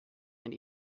and